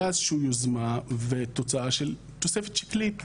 היה איזושהי יוזמה ותוצאה של תוספת שקלית.